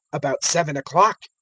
about seven o'clock,